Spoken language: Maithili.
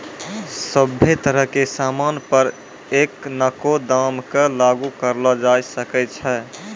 सभ्भे तरह के सामान पर एखनको दाम क लागू करलो जाय सकै छै